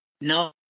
No